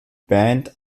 band